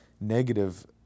negative